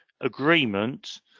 agreement